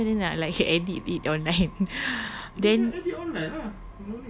tapi I tak tahu macam mana nak like edit online then